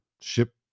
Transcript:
ship